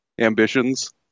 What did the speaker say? ambitions